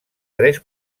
tres